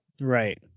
Right